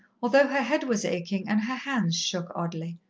although her head was aching and her hands shook oddly.